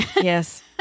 yes